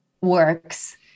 works